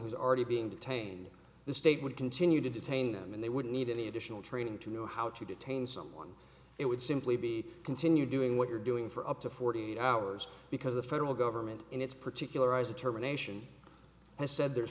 who's already being detained in the state would continue to detain them and they wouldn't need any additional training to know how to detain someone it would simply be continue doing what you're doing for up to forty eight hours because the federal government in its particularize determination has said there